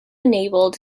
enabled